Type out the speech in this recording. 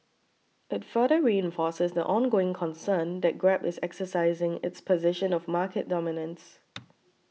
it further reinforces the ongoing concern that Grab is exercising its position of market dominance